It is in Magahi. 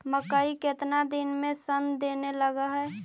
मकइ केतना दिन में शन देने लग है?